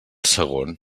segon